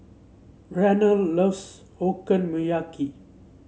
Reynold loves Okonomiyaki